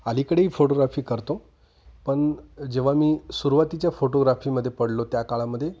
अलीकडेही photography करतो पण जेव्हा मी सुरुवातीच्या फोटोग्राफीमध्ये पडलो त्या काळामध्ये